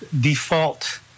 default